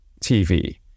TV